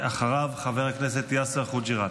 ואחריו, חבר הכנסת יאסר חוג'יראת.